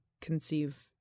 conceive